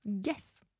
Yes